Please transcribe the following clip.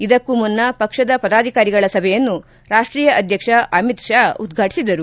ಇದಕ್ಕೂ ಮುನ್ನ ಪಕ್ಷದ್ ಪದಾಧಿಕಾರಿಗಳ ಸಭೆಯನ್ನು ರಾಷ್ಟೀಯ ಅಧ್ಯಕ್ಷ ಅಮಿತ್ ಪಾ ಉದ್ವಾಟಿಸಿದರು